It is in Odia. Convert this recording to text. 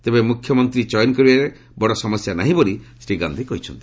ତେବେ ମୁଖ୍ୟମନ୍ତ୍ରୀ ଚୟନ କରିବାରେ ବଡ଼ ସମସ୍ୟା ନାହିଁ ବୋଲି ଶ୍ରୀ ଗାନ୍ଧି କହିଛନ୍ତି